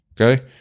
okay